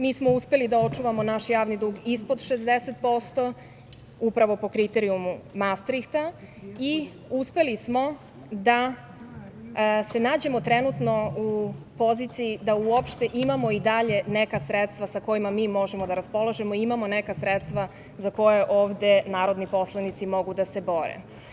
Mi smo uspeli da očuvamo naš javni dug ispod 60% upravo po kriterijumu "mastrihta" i uspeli smo da se nađemo trenutno u poziciji da uopšte imamo i dalje neka sredstva sa kojima mi možemo da raspolažemo, imamo neka sredstva za koja ovde narodni poslanici mogu da se bore.